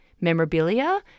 memorabilia